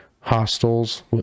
Hostels